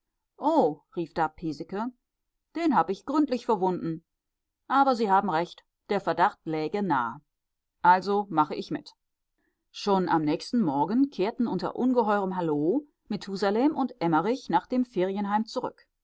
rief da piesecke den hab ich gründlich verwunden aber sie haben recht der verdacht läge nahe also mache ich mit schon am nächsten morgen kehrten unter ungeheurem hallo methusalem und emmerich nach dem ferienheim zurück